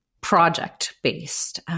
project-based